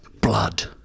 Blood